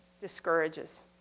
discourages